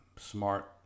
smart